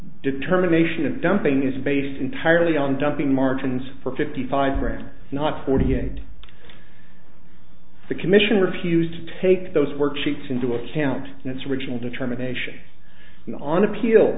determination of dumping is based entirely on dumping margins for fifty five grams not forty eight the commission refused to take those worksheets into account in its original determination not on appeal